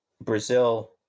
Brazil